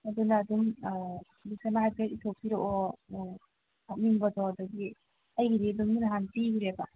ꯑꯗꯨꯅ ꯑꯗꯨꯝ ꯂꯤꯁ ꯑꯃ ꯍꯥꯏꯐꯦꯠ ꯏꯊꯣꯛꯄꯤꯔꯛꯑꯣ ꯍꯥꯞꯅꯤꯡꯕꯗꯣ ꯑꯗꯒꯤ ꯑꯩꯒꯤꯗꯤ ꯑꯗꯨꯝꯗꯤ ꯅꯍꯥꯟ ꯄꯤꯒ꯭ꯔꯦꯕ